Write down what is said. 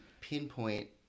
pinpoint